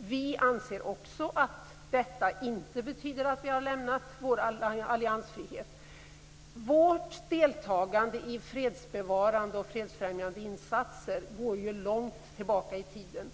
Vi anser också att detta inte betyder att vi har lämnat vår alliansfrihet. Vårt deltagande i fredsbevarande och fredsfrämjande insatser går ju långt tillbaka i tiden.